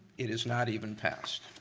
it is not even past.